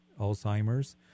Alzheimer's